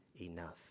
enough